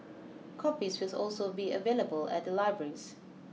copies was also be available at the libraries